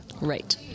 Right